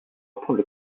apprendre